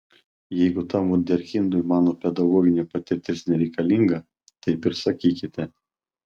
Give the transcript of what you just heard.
jeigu tam vunderkindui mano pedagoginė patirtis nereikalinga taip ir sakykite